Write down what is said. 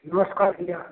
नमस्कार भैया